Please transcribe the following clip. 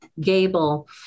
gable